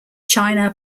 china